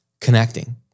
connecting